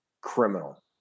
criminal